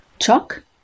Chalk